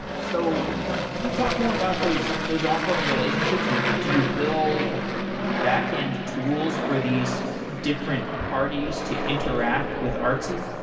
so can you talk more about those those ongoing relationships, and do you build back-end tools for these different parties to interact with artsy?